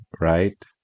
right